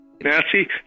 Nancy